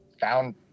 found